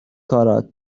کارات